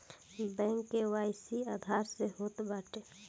bank KYC Aadhaar से होत बाटे